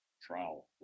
trial